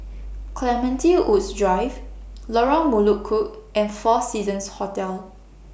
Clementi Woods Drive Lorong Melukut and four Seasons Hotel